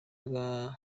bwa